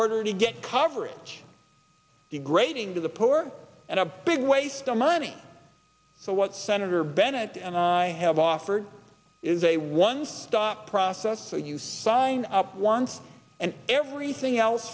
order to get coverage degrading to the poor at a big waste of money so what senator bennett and i have offered is a one stop process so you sign up once and everything else